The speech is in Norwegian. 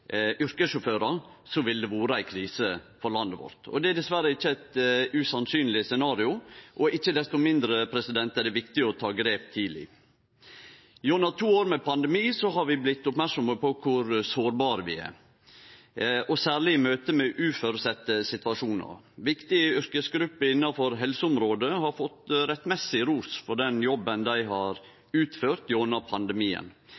ville det vore ei krise for landet vårt. Og det er dessverre ikkje eit usannsynleg scenario. Ikkje desto mindre er det viktig å ta grep tidleg. Gjennom to år med pandemi har vi blitt merksame på kor sårbare vi er, og særleg i møte med uføresette situasjonar. Viktige yrkesgrupper innanfor helseområdet har fått rettmessig ros for den jobben dei har utført gjennom pandemien.